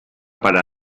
para